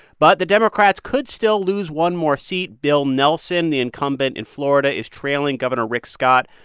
but the democrats could still lose one more seat. bill nelson, the incumbent in florida, is trailing governor rick scott.